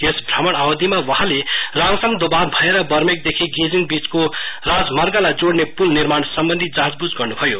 यस भ्रमणवधिमा वहाँले राङसाङ दोभान भएर बर्मेकदेखि गेजिङविचको राजमार्गलाई जोड़ने पूल निर्माण सम्बन्धि जाँचबुझ गर्नुभयो